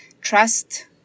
trust